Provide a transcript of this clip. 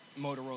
Motorola